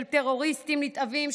של טרוריסטים נתעבים,